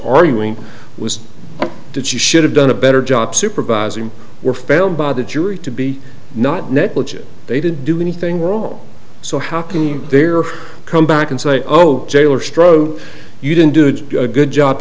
arguing was that you should have done a better job supervising were found by the jury to be not negligent they didn't do anything wrong so how can you there come back and say oh jail or stroke you didn't do it good job